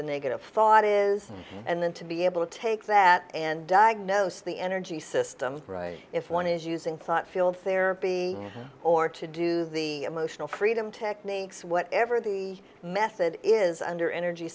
the negative thought is and then to be able to take that and diagnose the energy system if one is using thought field therapy or to do the emotional freedom techniques whatever the method is under energy